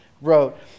wrote